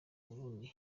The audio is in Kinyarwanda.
burundi